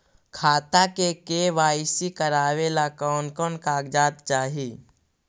खाता के के.वाई.सी करावेला कौन कौन कागजात चाही?